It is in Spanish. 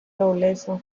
nobleza